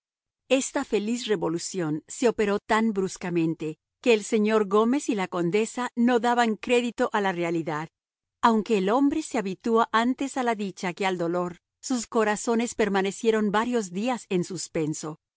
esta feliz revolución se operó tan bruscamente que el señor gómez y la condesa no daban crédito a la realidad aunque el hombre se habitúa antes a la dicha que al dolor sus corazones permanecieron varios días en suspenso